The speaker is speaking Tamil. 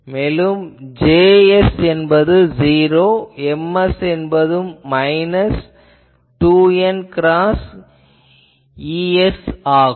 இதில் Js என்பது '0' Ms என்பது மைனஸ் 2n கிராஸ் Ea ஆகும்